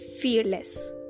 fearless